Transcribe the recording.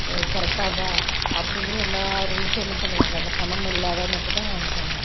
கரெக்டாக வா அப்டிங்கிற எல்லா ரூல்ஸும் என்ன பண்ணுவாங்க அந்தப் பணமில்லாதவன் கிட்டேத்தான் காம்மிப்பாங்க